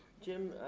jim,